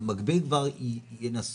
שבמקביל כבר ינסו,